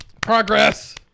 Progress